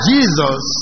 Jesus